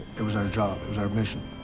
it was our job, it was our mission.